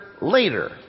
later